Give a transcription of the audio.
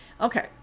Okay